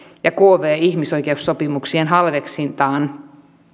ja kv ihmisoikeussopimuksien halveksintaan